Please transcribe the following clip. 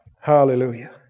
Hallelujah